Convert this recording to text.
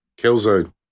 Killzone